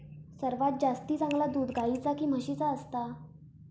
सर्वात जास्ती चांगला दूध गाईचा की म्हशीचा असता?